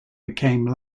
became